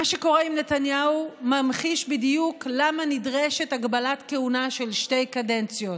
מה שקורה עם נתניהו ממחיש בדיוק למה נדרשת הגבלת כהונה של שתי קדנציות.